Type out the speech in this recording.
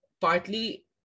partly